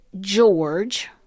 George